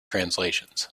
translations